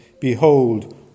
behold